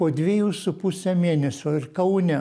po dviejų su puse mėnesio ir kaune